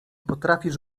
potrafisz